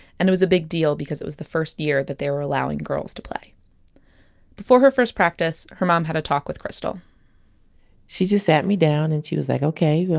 and it was a big deal because it was the first year that they were allowing girls to play before her first practice, her mom had a talk with krystal she just sat me down and she was like, ok,